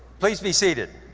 please be seated.